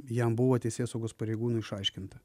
jam buvo teisėsaugos pareigūnų išaiškinta